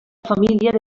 família